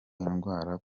indwara